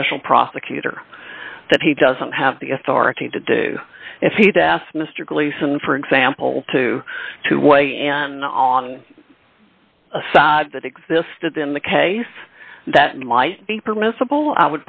special prosecutor that he doesn't have the authority to do if he did ask mr gleason for example to to weigh and on assad that existed in the case that might be permissible i